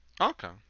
Okay